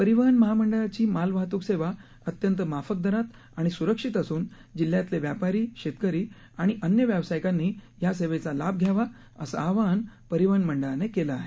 परिवहन महामंडळाची माल वाहतूक सेवा अत्यंत माफक दरात आणि सुरक्षित असून जिल्ह्यातले व्यापारी शेतकरी आणि अन्य व्यावसायिकांनी या सेवेचा लाभ घ्यावा असं आवाहन परिवहन मंडळानं केलं आहे